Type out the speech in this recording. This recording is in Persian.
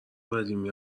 قدیمی